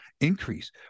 increase